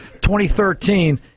2013